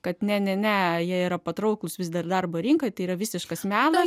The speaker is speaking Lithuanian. kad ne ne ne jie yra patrauklūs vis dar darbo rinkoje tai yra visiškas melas